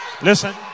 Listen